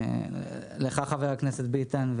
חבר הכנסת ביטן,